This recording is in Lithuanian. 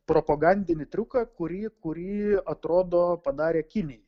propagandinį triuką kurį kurį atrodo padarė kinai